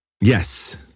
Yes